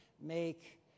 make